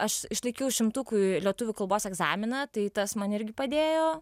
aš išlaikiau šimtukui lietuvių kalbos egzaminą tai tas man irgi padėjo